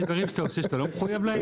יש דברים שאתה עושה שאתה לא מחויב להם?